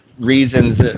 Reasons